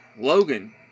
Logan